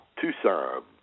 Tucson